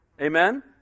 Amen